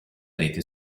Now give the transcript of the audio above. rete